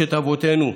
מורשת אבותינו,